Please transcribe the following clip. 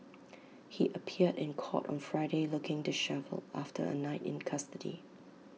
he appeared in court on Friday looking dishevelled after A night in custody